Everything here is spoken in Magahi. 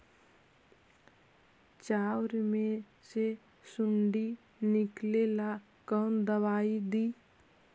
चाउर में से सुंडी निकले ला कौन दवाई दी?